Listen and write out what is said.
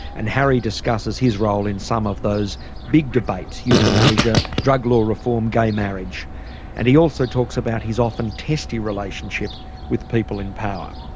and harry discusses his role in some of those big debates, euthanasia, drug law reform, gay marriage and he also talks about his often testy relationship with people in power.